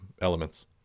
elements